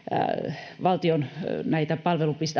että valtion